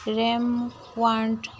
RAM ৱাৰ্ণ্ড